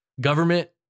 government